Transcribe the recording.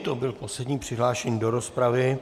To byl poslední přihlášený do rozpravy.